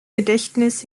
gedächtnis